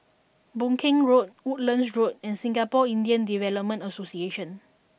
Boon Keng Road Woodlands Road and Singapore Indian Development Association